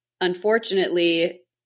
unfortunately